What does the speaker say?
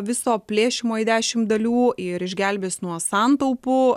viso plėšymo į dešimt dalių ir išgelbės nuo santaupų